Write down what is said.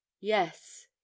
Yes